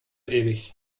ewig